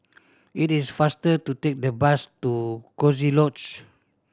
it is faster to take the bus to Coziee Lodge